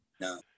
No